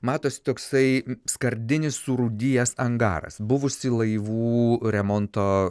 matosi toksai skardinis surūdijęs angaras buvusi laivų remonto